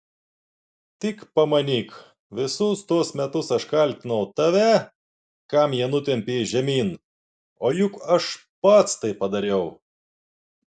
tik pamanyk visus tuos metus aš kaltinau tave kam ją nutempei žemyn o juk aš pats tai padariau